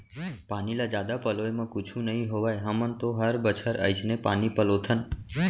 पानी ल जादा पलोय म कुछु नइ होवय हमन तो हर बछर अइसने पानी पलोथन